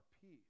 peace